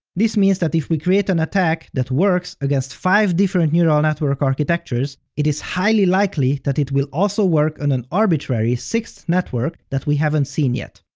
this means that if we create an attack that works against five different neural network architectures, it is highly likely that it will also work on an arbitrary sixth network that we haven't seen yet.